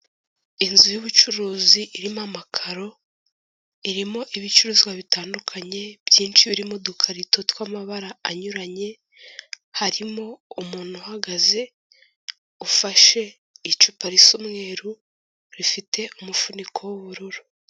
Inzu y'ubucuruzi irimo amakaro, irimo ibicuruzwa bitandukanye byinshi biri mu udukarito tw'amabara anyuranye, harimo umuntu uhagaze ufashe icupa risa umweru, rifite umufuniko w'ubururu.